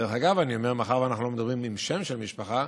דרך אגב, מאחר שאנחנו מדברים עם שם של משפחה,